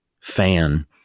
fan